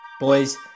Boys